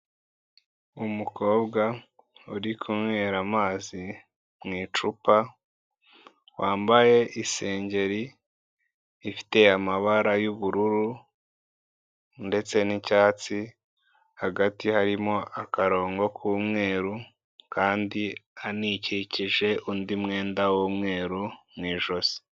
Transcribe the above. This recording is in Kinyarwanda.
Umukobwa uri kunywera amazi mu icupa, wambaye isengeri ifite amabara y'ubururu ndetse n'icyatsi, hagati harimo akarongo k'umweru, kandi anikikije undi mwenda w'umweru mu ijosi.